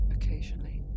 Occasionally